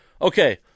Okay